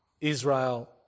Israel